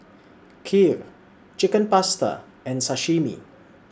Kheer Chicken Pasta and Sashimi